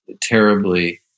terribly